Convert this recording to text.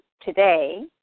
Today